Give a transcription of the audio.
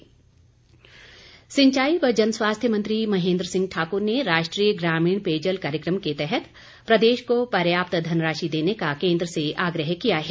महेन्द्र सिंह सिंचाई व जनस्वास्थ्य मंत्री महेन्द्र सिंह ठाकुर ने राष्ट्रीय ग्रामीण पेयजल कार्यक्रम के तहत प्रदेश को पर्याप्त धनराशि देने का केन्द्र से आग्रह किया है